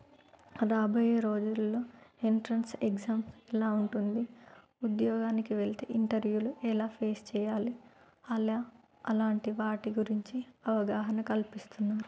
రాబోయే రోజుల్లో entrance exam ఎలా ఉంటుంది ఉద్యోగానికి వెళ్తే ఇంటర్వ్యూలు ఎలా ఫేస్ చెయ్యాలి అలా అలాంటి వాటి గురించి అవగాహన కల్పిస్తున్నారు